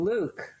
Luke